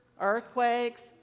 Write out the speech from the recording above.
earthquakes